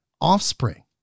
offspring